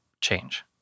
change